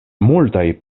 multaj